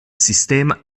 sistema